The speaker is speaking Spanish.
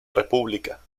república